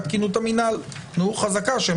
חזקת תקינות המינהל,